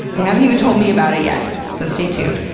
they haven't even told me about it yet! so stay tuned.